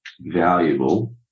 valuable